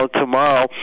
tomorrow